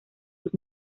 sus